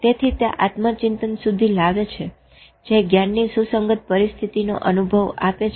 તેથી તે આત્મચિંતન સુધી લાવે છે જે જ્ઞાનની સુસંગત પરિસ્થિતિનો અનુભવ આપે છે